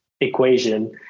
equation